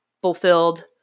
Fulfilled